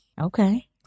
Okay